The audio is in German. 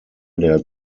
der